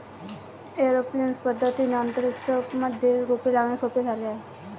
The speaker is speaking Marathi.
एरोपोनिक्स पद्धतीने अंतरिक्ष मध्ये रोपे लावणे सोपे झाले आहे